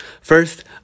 First